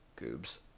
Goobs